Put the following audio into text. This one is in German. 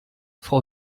frau